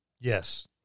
Yes